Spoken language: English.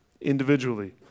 individually